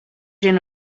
doing